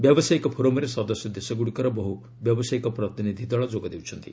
ବ୍ୟାବସାୟିକ ଫୋରମ୍ରେ ସଦସ୍ୟ ଦେଶଗୁଡ଼ିକର ବହୁ ବ୍ୟାବସାୟିକ ପ୍ରତିନିଧି ଦଳ ଯୋଗ ଦେଉଛନ୍ତି